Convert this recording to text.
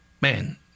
Man